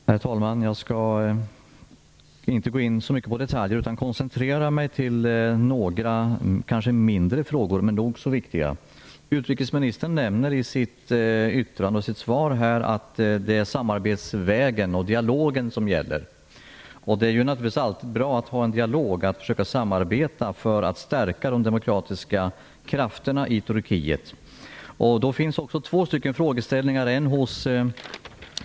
Herr talman! Jag skall inte så mycket gå in på detaljer utan koncentrera mig på några kanske mindre men nog så viktiga frågor. Utrikesministern nämner i sitt svar att det är samarbetsvägen och dialogen som gäller, och det är naturligtvis alltid bra att ha en dialog, att försöka samarbeta för att stärka de demokratiska krafterna i Turkiet. Det har här ställts två frågor.